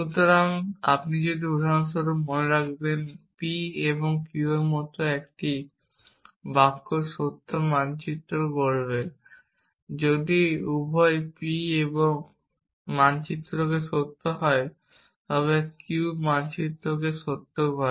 সুতরাং যদি আপনি উদাহরণস্বরূপ মনে রাখবেন p এবং q এর মতো একটি বাক্য সত্যে মানচিত্র করবে যদি উভয় p মানচিত্রকে সত্য হয় এবং q মানচিত্রকে সত্য করে